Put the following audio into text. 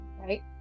Right